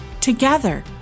Together